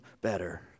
better